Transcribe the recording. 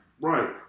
Right